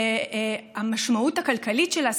והמשמעות הכלכלית שלה,